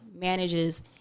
manages